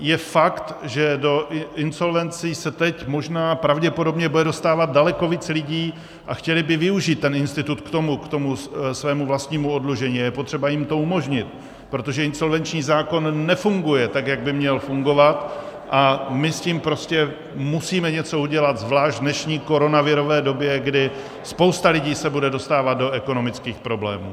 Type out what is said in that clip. Je fakt, že do insolvencí se teď možná, pravděpodobně, bude dostávat daleko víc lidí a chtěli by využít ten institut k tomu svému vlastnímu oddlužení, a je potřeba jim to umožnit, protože insolvenční zákon nefunguje tak, jak by měl fungovat, a my s tím prostě musíme něco udělat zvlášť v dnešní koronavirové době, kdy spousta lidí se bude dostávat do ekonomických problémů.